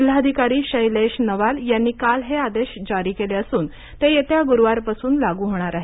जिल्हाधिकारी शैलेश नवाल यांनी काल हे आदेश जारी केले असून ते येत्या गुरुवारपासून लागू होणार आहेत